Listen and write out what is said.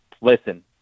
listen